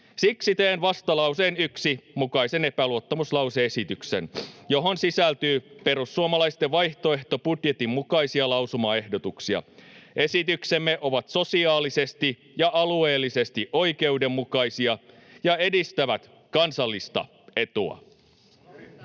Siksi teen vastalauseen 1 mukaisen epäluottamuslause-esityksen, johon sisältyy perussuomalaisten vaihtoehtobudjetin mukaisia lausumaehdotuksia. Esityksemme ovat sosiaalisesti ja alueellisesti oikeudenmukaisia ja edistävät kansallista etua.